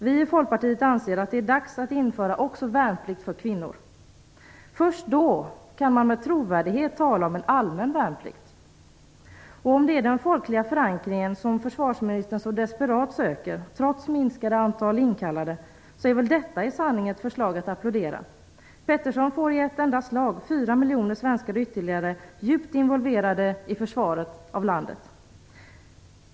Vi i Folkpartiet anser att det är dags att införa värnplikt också för kvinnor. Först då kan man med trovärdighet tala om en allmän värnplikt. Om det är den folkliga förankring som försvarsministern så desperat söker, trots minskat antal inkallade, är detta i sanning ett förslag att applådera. Peterson får i ett enda slag fyra miljoner svenskar ytterligare djupt involverade i försvaret av landet.